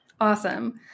Awesome